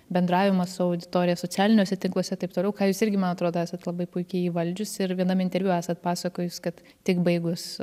bendravimas su auditorija socialiniuose tinkluose taip toliau ką jūs irgi man atrodo esat labai puikiai įvaldžiusi ir vienam interviu esat pasakojus kad tik baigus